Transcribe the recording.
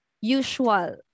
usual